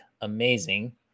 amazing